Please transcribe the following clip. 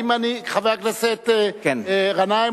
חבר הכנסת גנאים,